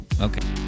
Okay